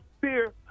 fear